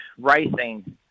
racing